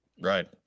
Right